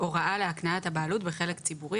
הוראה להקניית הבעלות בחלק ציבורי),